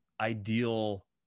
ideal